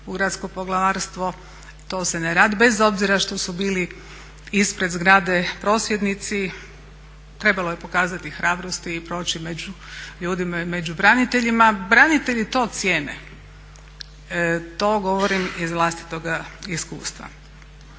gradsko poglavarstvo. To se ne radi, bez obzira što su bili ispred zgrade prosvjednici, trebalo je pokazati hrabrosti i proći među ljudima, među braniteljima. Branitelji to cijene. To govorim iz vlastitoga iskustva.